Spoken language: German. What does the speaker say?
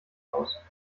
aus